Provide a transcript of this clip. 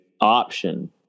option